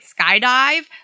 skydive